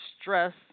stress